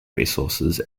resources